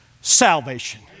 salvation